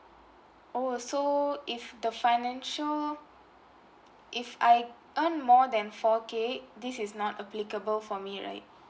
oh so if the financial if I earn more than four k this is not applicable for me right